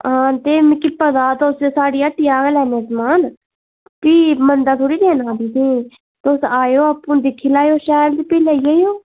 हां ते मिकी पता तुस साढ़ी हट्टिया गै लैन्ने समान भी मंदा थोह्ड़े देना तुसें ई तुस आएओ आपूं दिक्खी लैओ शैल ते भी लेई जाएओ